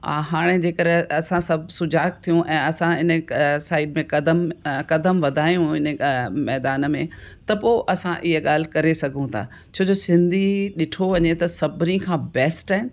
हा हाणे जेकर असां सभु सुजागु थियूं ऐं असां इन साइड में क़दमु क़दमु वधायूं इन मैदान में त पोइ असां इहा ॻाल्हि करे सघूं था छो जो सिंधी ॾिठो वञे त सभिनी खां बेस्ट आहिनि